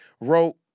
wrote